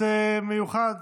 יכול להיות מיוחד.